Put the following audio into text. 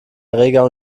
erreger